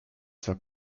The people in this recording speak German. zwar